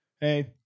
hey